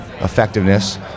effectiveness